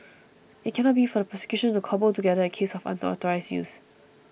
it cannot be for the prosecution to cobble together a case of unauthorised use